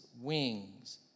wings